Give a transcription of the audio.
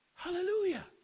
Hallelujah